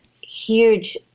huge